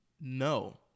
No